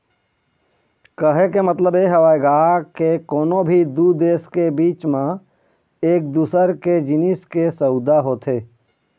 कहे के मतलब ये हवय गा के कोनो भी दू देश के बीच म एक दूसर के जिनिस के सउदा होथे